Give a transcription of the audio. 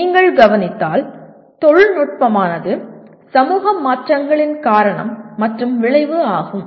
நீங்கள் கவனித்தால் தொழில்நுட்பமானது சமூக மாற்றங்களின் காரணம் மற்றும் விளைவு ஆகும்